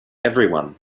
everyone